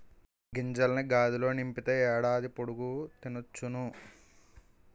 గింజల్ని గాదిలో నింపితే ఏడాది పొడుగు తినొచ్చును